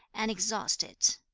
and exhaust it